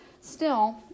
Still